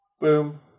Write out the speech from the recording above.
Boom